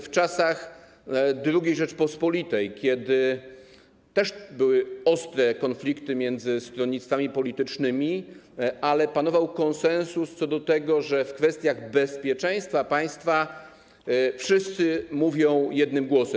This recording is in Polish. W czasach II Rzeczypospolitej też były ostre konflikty między stronnictwami politycznymi, ale panował konsensus co do tego, że w kwestiach bezpieczeństwa państwa wszyscy mówią jednym głosem.